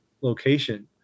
location